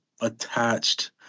attached